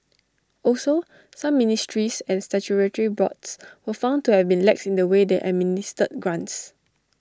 also some ministries and statutory boards were found to have been lax in the way they administered grants